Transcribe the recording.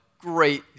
great